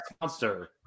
monster